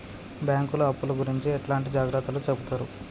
బ్యాంకులు అప్పుల గురించి ఎట్లాంటి జాగ్రత్తలు చెబుతరు?